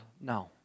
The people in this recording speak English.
No